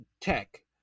Tech